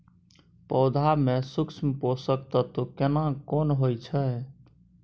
पौधा में सूक्ष्म पोषक तत्व केना कोन होय छै?